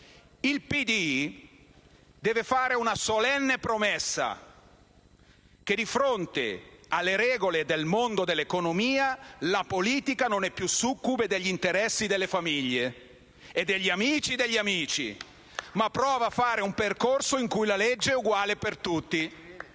«Il PD deve fare una solenne promessa: che di fronte alle regole del mondo dell'economia la politica non è più succube degli interessi delle famiglie e degli amici degli amici, ma prova a fare un percorso in cui la legge è uguale per tutti».